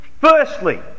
Firstly